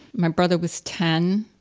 my brother was ten,